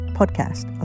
podcast